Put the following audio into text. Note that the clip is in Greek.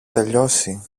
τελειώσει